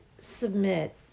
submit